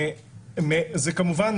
כמובן,